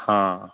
हँ